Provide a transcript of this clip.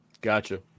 Gotcha